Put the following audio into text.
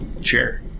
chair